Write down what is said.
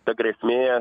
ta grėsmė